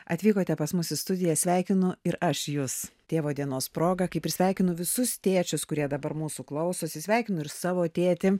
atvykote pas mus į studiją sveikino ir aš jus tėvo dienos proga kaip ir sveikinu visus tėčius kurie dabar mūsų klausosi sveikinu ir savo tėtį